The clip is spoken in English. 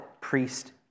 priest